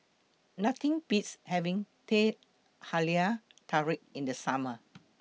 Nothing Beats having Teh Halia Tarik in The Summer